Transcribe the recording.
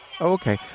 Okay